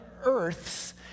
Earths